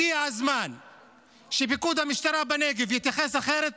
הגיע הזמן שפיקוד המשטרה בנגב יתייחס אחרת